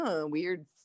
weird